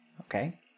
Okay